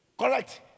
Correct